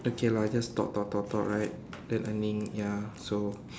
okay lah just talk talk talk talk right then earning ya so